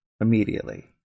immediately